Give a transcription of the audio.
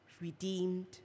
redeemed